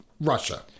Russia